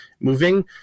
moving